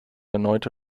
erneute